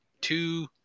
two